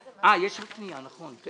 אה, יש עוד פנייה, נכון.